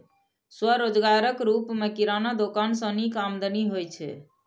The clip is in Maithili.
स्वरोजगारक रूप मे किराना दोकान सं नीक आमदनी होइ छै